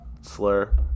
slur